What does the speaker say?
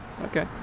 okay